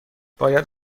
باید